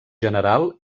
general